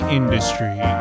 industry